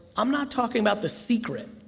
i'm not talking about the secret.